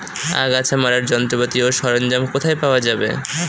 আগাছা মারার যন্ত্রপাতি ও সরঞ্জাম কোথায় পাওয়া যাবে?